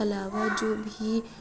علاوہ جو بھی